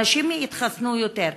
אנשים יתחסנו יותר?